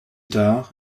tard